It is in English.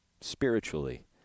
spiritually